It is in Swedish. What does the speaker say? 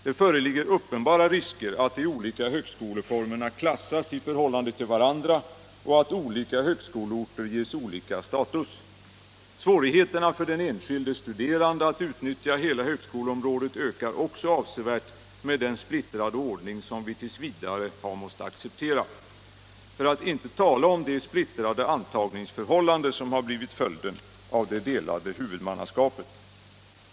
Det föreligger uppenbara risker att de olika högskoleformerna klassas i förhållande till varandra och att olika högskoleorter ges olika status. Svårigheterna för den enskilde studerande att utnyttja hela högskoleområdet ökar också avsevärt med den splittrade ordning som vi t. v. har måst acceptera, för att inte tala om det splittrade antagningsförhållande som har blivit följden av det delade huvudmannaskapet.